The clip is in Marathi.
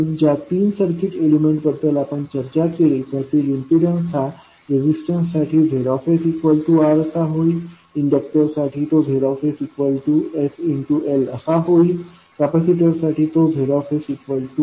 म्हणून ज्या तीन सर्किट एलिमेंट बद्दल आपण चर्चा केला त्यातील इम्पीडन्स हा रेजिस्टन्ससाठी ZR असा होईल इंडक्टरसाठी तो ZsLअसा होईल कॅपॅसिटरसाठी तो Z1sCअसा होईल